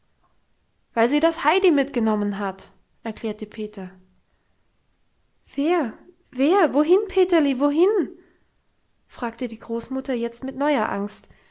weil sie das heidi mitgenommen hat erklärte peter wer wer wohin peterli wohin fragte die großmutter jetzt mit neuer angst